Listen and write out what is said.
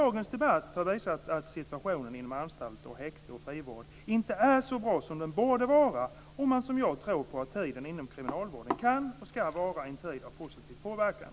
Dagens debatt har visat att situationen inom anstalter, häkten och frivård inte är så bra som den borde vara, om man, som jag, tror på att tiden inom kriminalvården kan och ska vara en tid av positiv påverkan.